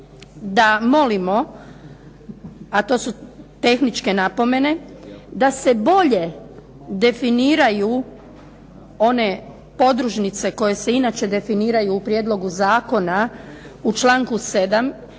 da molimo, a to su tehničke napomene, da se bolje definiraju one podružnice koje se inače definiraju u prijedlogu zakona u članku 7.